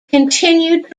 continued